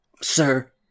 sir